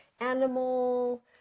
animal